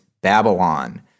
Babylon